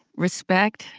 respect.